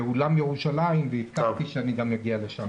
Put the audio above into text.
באולם ירושלים והבטחתי שאני אגיע לשם.